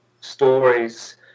stories